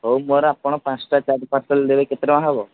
ହଉ ମୋର ଆପଣ ପାଞ୍ଚଟା ଚାରି ପାର୍ସଲ୍ ଦେବେ କେତେ ଟଙ୍କା ହେବ